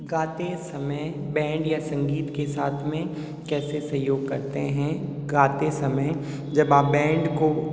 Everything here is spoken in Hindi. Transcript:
गाते समय बेंड या संगीत के साथ में कैसे सहयोग करते हैं गाते समय जब आप बैंड को